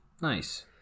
nice